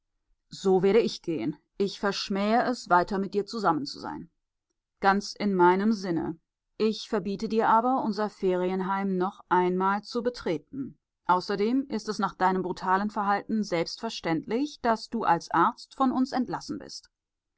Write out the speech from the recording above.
so werde ich gehen ich verschmähe es weiter mit dir zusammen zu sein ganz in meinem sinne ich verbiete dir aber unser ferienheim noch einmal zu betreten außerdem ist es nach deinem brutalen verhalten selbstverständlich daß du als arzt von uns entlassen bist